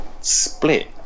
Split